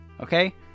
okay